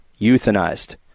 euthanized